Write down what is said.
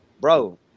bro